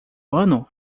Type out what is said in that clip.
ano